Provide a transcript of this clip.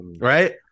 Right